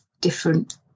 different